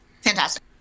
Fantastic